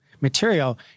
material